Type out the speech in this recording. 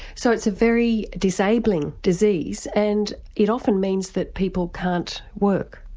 so it's a very disabling disease and it often means that people can't work.